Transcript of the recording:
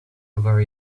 over